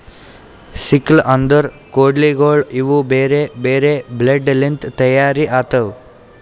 sickle ಅಂದುರ್ ಕೊಡ್ಲಿಗೋಳ್ ಇವು ಬೇರೆ ಬೇರೆ ಬ್ಲೇಡ್ ಲಿಂತ್ ತೈಯಾರ್ ಆತವ್